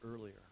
earlier